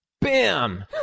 Bam